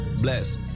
Bless